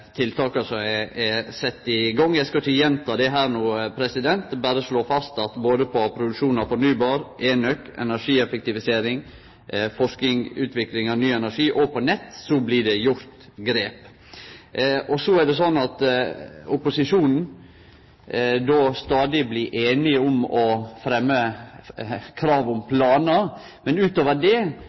tiltaka som er sette i gang. Eg skal ikkje gjenta dei her no, berre slå fast at når det gjeld produksjon av fornybar, enøk, energieffektivisering, forsking, utvikling av ny energi også på nett, blir det gjort grep. Opposisjonen blir stadig einige om å fremje krav om planar, men utover det